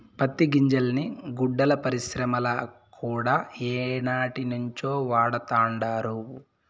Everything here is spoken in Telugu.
పత్తి గింజల్ని గుడ్డల పరిశ్రమల కూడా ఏనాటినుంచో వాడతండారు